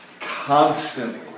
constantly